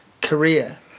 career